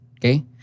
Okay